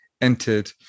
entered